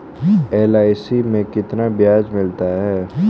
LIC में कितना ब्याज मिलता है?